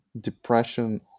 depression